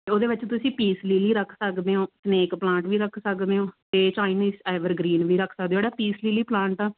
ਅਤੇ ਉਹਦੇ ਵਿੱਚ ਤੁਸੀਂ ਪੀਸ ਲੀਲੀ ਰੱਖ ਸਕਦੇ ਹੋ ਸਲੇਕ ਪਲਾਂਟ ਵੀ ਰੱਖ ਸਕਦੇ ਹੋ ਅਤੇ ਚਾਈਨੀਜ਼ ਐਵਰਗਰੀਨ ਵੀ ਰੱਖ ਸਕਦੇ ਹੋ ਜਿਹੜਾ ਪੀਸ ਲਿਲੀ ਪਲਾਂਟ ਆ